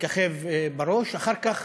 מככב בראש, אחר כך